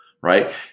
right